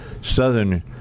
southern